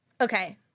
Okay